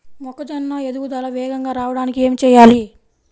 మొక్కజోన్న ఎదుగుదల వేగంగా రావడానికి ఏమి చెయ్యాలి?